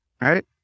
right